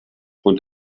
und